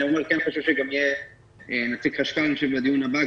אני אומר שכן חשוב שגם יהיה נציג חשכ"ל בדיון הבא,